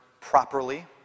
properly